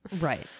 Right